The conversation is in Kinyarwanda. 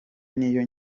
niyo